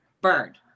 bird